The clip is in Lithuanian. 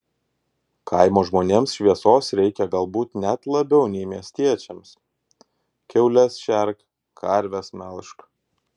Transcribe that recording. kaimo žmonėms šviesos reikia galbūt net labiau nei miestiečiams kiaules šerk karves melžk